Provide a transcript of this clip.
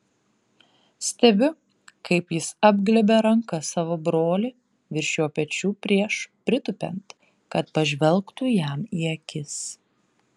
stebiu kaip jis apglėbia ranka savo brolį virš jo pečių prieš pritūpiant kad pažvelgtų jam į akis